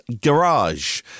Garage